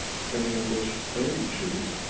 depending on which plan you choose.